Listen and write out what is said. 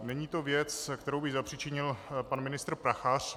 Není to věc, kterou by zapřičinil pan ministr Prachař.